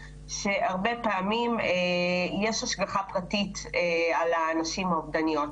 שהרבה פעמים יש השגחה פרטית על הנשים האובדניות.